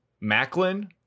Macklin